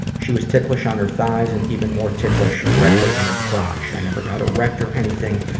she was ticklish on her thighs and even more ticklish directly in her crotch. i never got erect or anything,